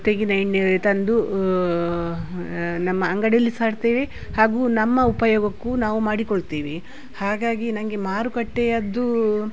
ತೆಂಗಿನ ಎಣ್ಣೆ ತಂದು ನಮ್ಮ ಅಂಗಡೀಲಿ ಸಹ ಇಡ್ತೀವಿ ಹಾಗು ನಮ್ಮ ಉಪಯೋಗಕ್ಕು ನಾವು ಮಾಡಿಕೊಳ್ತೀವಿ ಹಾಗಾಗಿ ನನಗೆ ಮಾರುಕಟ್ಟೆಯದ್ದು